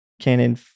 Canon